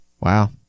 Wow